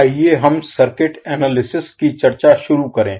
आइए हम circuit analysis विश्लेषण Analysis की चर्चा शुरू करें